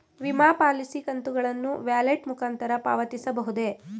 ವಿಮಾ ಪಾಲಿಸಿ ಕಂತುಗಳನ್ನು ವ್ಯಾಲೆಟ್ ಮುಖಾಂತರ ಪಾವತಿಸಬಹುದೇ?